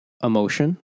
emotion